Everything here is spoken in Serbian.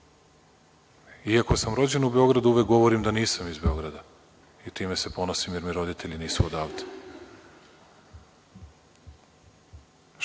Iako, sam rođen u Beogradu uvek govorim da nisam iz Beograda i time se ponosim, jer mi roditelji nisu odavde. Što